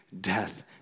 death